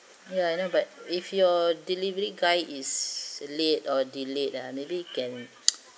ya I know but if your delivery guy is late or delayed ah maybe you can